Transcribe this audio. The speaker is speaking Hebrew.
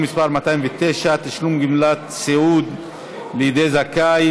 מס' 209) (תשלום גמלת סיעוד לידי הזכאי,